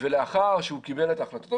לאחר שהוא קיבל את החלטתו,